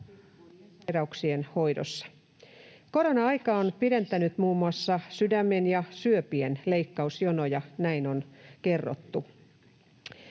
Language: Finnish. Korona-aika on pidentänyt muun muassa sydämen ja syöpien leikkausjonoja, näin on kerrottu.